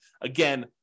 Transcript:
Again